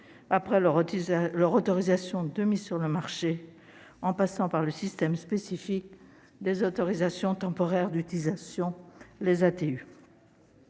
après leur autorisation de mise sur le marché (AMM), en passant par le système spécifique des autorisations temporaires d'utilisation (ATU).